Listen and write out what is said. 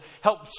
help